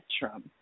spectrum